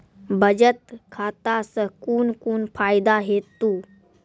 बचत खाता सऽ कून कून फायदा हेतु?